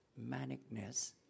manicness